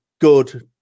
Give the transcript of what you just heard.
Good